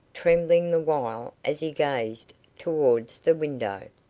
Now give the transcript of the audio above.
trembling the while, as he gazed towards the window.